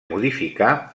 modificar